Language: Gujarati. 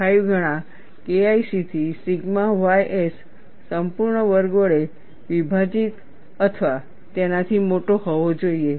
5 ગણા KIC થી સિગ્મા ys સંપૂર્ણ વર્ગ વડે વિભાજિત અથવા તેનાથી મોટો હોવો જોઈએ